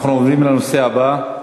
אנחנו עוברים לנושא הבא: